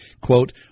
quote